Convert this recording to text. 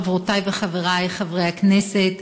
חברותי וחברי חברי הכנסת,